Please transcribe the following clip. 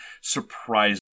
surprised